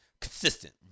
consistent